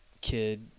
kid